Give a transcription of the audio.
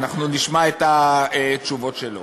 אנחנו נשמע את התשובות שלו.